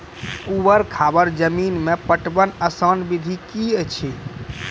ऊवर खाबड़ जमीन मे पटवनक आसान विधि की ऐछि?